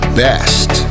best